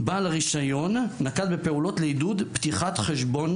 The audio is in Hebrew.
"בעל הרישיון נקט בפעולות לעידוד פתיחת חשבון